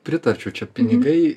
pritarčiau čia pinigai